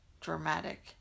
dramatic